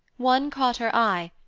one caught her eye,